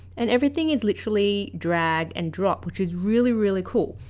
and everything is literally dragged and dropped which is really really cool